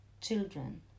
children